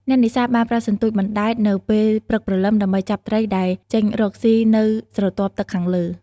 អ្នកនេសាទបានប្រើសន្ទូចបណ្ដែតនៅពេលព្រឹកព្រលឹម ដើម្បីចាប់ត្រីដែលចេញរកស៊ីនៅស្រទាប់ទឹកខាងលើ។